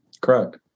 Correct